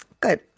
Good